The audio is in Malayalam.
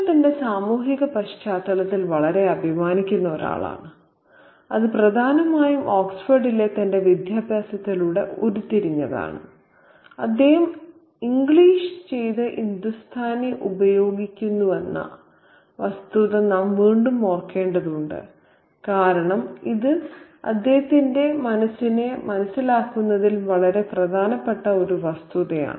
മോഹൻലാൽ തന്റെ സാമൂഹിക പശ്ചാത്തലത്തിൽ വളരെ അഭിമാനിക്കുന്നു അത് പ്രധാനമായും ഓക്സ്ഫോർഡിലെ തന്റെ വിദ്യാഭ്യാസത്തിലൂടെ ഉരുത്തിരിഞ്ഞതാണ് അദ്ദേഹം ആംഗ്ലീഷ് ചെയ്ത ഹിന്ദുസ്ഥാനി ഉപയോഗിക്കുന്നുവെന്ന വസ്തുത നാം വീണ്ടും ഓർക്കേണ്ടതുണ്ട് കാരണം ഇത് അദ്ദേഹത്തിന്റെ മനസ്സിനെ മനസ്സിലാക്കുന്നതിൽ വളരെ പ്രധാനപ്പെട്ട ഒരു വസ്തുതയാണ്